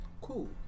Cool